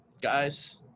guys